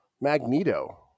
Magneto